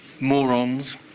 Morons